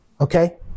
Okay